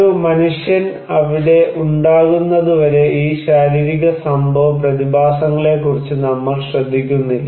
ഒരു മനുഷ്യൻ അവിടെ ഉണ്ടാകുന്നതുവരെ ഈ ശാരീരിക സംഭവ പ്രതിഭാസങ്ങളെക്കുറിച്ച് നമ്മൾ ശ്രദ്ധിക്കുന്നില്ല